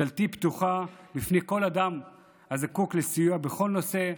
דלתי פתוחה בפני כל אדם הזקוק לסיוע בכל נושא.